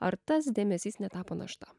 ar tas dėmesys netapo našta